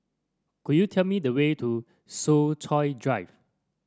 could you tell me the way to Soo Chow Drive